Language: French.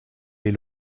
les